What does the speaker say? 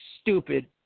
Stupid